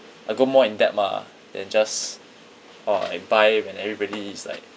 I go more in depth ah then just orh I buy when everybody is like